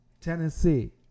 Tennessee